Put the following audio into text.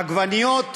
עגבניות,